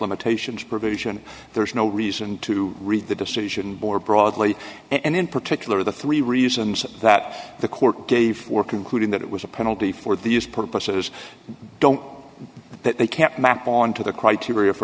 limitations provision there is no reason to read the decision board broadly and in particular the three reasons that the court gave for concluding that it was a penalty for these purposes don't do that they can't map on to the criteria for